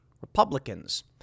Republicans